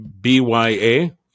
BYA